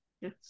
yes